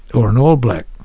or an all black.